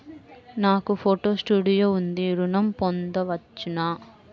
నాకు photo studio ఉంది ఋణం పొంద వచ్చునా?